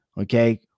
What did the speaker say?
Okay